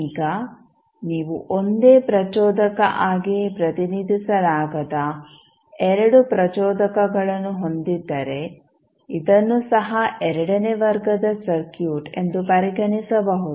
ಈಗ ನೀವು ಒಂದೇ ಪ್ರಚೋಧಕ ಆಗಿ ಪ್ರತಿನಿಧಿಸಲಾಗದ 2 ಪ್ರಚೋಧಕಗಳನ್ನು ಹೊಂದಿದ್ದರೆ ಇದನ್ನು ಸಹ ಎರಡನೇ ವರ್ಗದ ಸರ್ಕ್ಯೂಟ್ ಎಂದು ಪರಿಗಣಿಸಬಹುದು